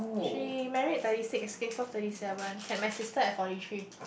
she married thirty six give birth thirty seven had my sister at forty three